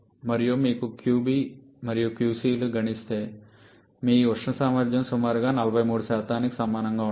మరియు మీకు qB మరియు qc లను గణిస్తే మీ ఉష్ణ సామర్థ్యం సుమారుగా 43కి సమానంగా ఉంటుంది